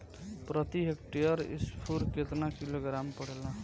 प्रति हेक्टेयर स्फूर केतना किलोग्राम पड़ेला?